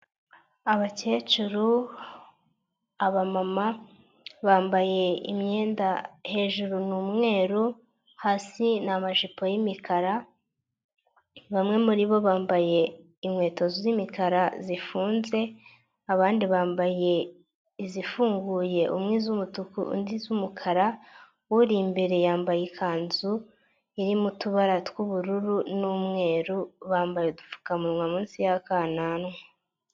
Abakecuru, abamama bambaye imyenda hejuru ni umweru, hasi ni amajipo y'imikara, bamwe muri bo bambaye inkweto z'imikara zifunze, abandi bambaye izifunguye, umwe iz'umutuku undi iz'umukara, uri imbere yambaye ikanzu irimo utubara tw'ubururu n'umweru, bambaye udupfukamunwa munsi y'akananwa.